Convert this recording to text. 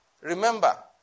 Remember